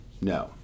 no